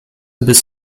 bis